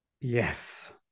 Yes